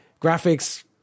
graphics